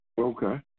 Okay